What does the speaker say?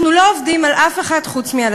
אנחנו לא עובדים על אף אחד חוץ מעל